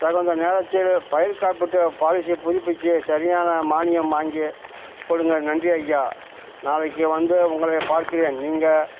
தகுந்த நேரத்தில் பயிர் காப்பீட்டு பாலிசி புதுப்பிச்சு சரியான மானியம் வாங்கி கொடுங்க நன்றி ஐயா நாளைக்கு வந்து உங்களை பார்க்கிறேன் நீங்கள்